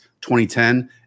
2010